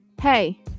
hey